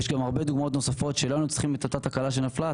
יש גם הרבה דוגמאות נוספות שלא היינו צריכים את אותה תקלה שנפלה,